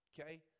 Okay